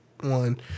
One